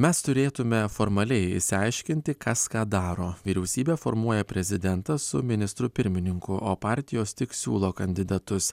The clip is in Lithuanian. mes turėtume formaliai išsiaiškinti kas ką daro vyriausybę formuoja prezidentas su ministru pirmininku o partijos tik siūlo kandidatus